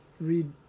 read